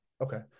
Okay